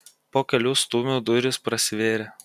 po kelių stūmių durys prasivėrė